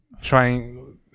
Trying